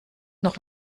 noch